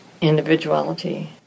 individuality